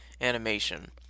animation